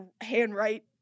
handwrite